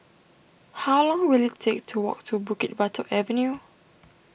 how long will it take to walk to Bukit Batok Avenue